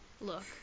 look